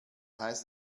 heißt